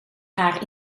haar